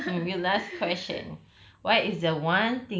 okay so maybe last question